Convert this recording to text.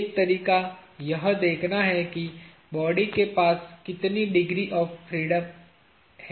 एक तरीका यह देखना है कि बॉडी के पास कितनी डिग्री ऑफ़ फ्रीडम होगी